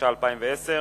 התש"ע 2010,